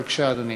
בבקשה, אדוני.